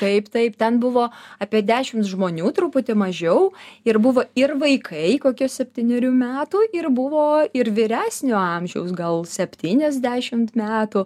taip taip ten buvo apie dešimt žmonių truputį mažiau ir buvo ir vaikai kokių septynerių metų ir buvo ir vyresnio amžiaus gal septyniasdešimt metų